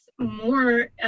more